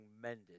mended